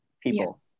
people